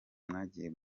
mwagiye